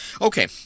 Okay